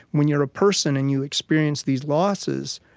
when you're a person and you experience these losses,